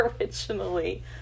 originally